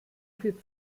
viel